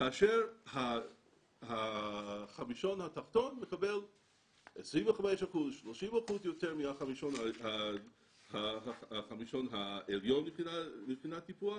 כאשר החמישון התחתון מקבל 25%-30% יותר מהחמישון העליון מבחינת טיפוח.